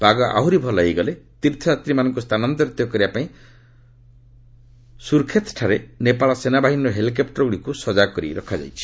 ପାଗ ଆହୁରି ଭଲ ହୋଇଗଲେ ତୀର୍ଥଯାତ୍ରୀମାନଙ୍କୁ ସ୍ଥାନାନ୍ତରିତ କରିବା ପାଇଁ ସୁରକ୍ଷେତ୍ଠାରେ ନେପାଳ ସେନାବାହିନୀର ହେଲିକପ୍ଟରଗୁଡ଼ିକୁ ସଜାଗ କରି ରଖାଯାଇଛି